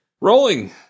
rolling